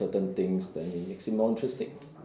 certain things then it makes it more interesting